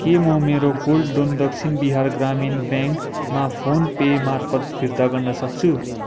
के म मेरो गोल्ड लोन दक्षिण बिहार ग्रामीण ब्याङ्कमा फोन पे मार्फत फिर्ता गर्न सक्छु